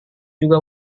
juga